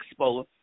expo